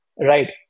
Right